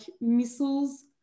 missiles